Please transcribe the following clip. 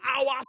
hours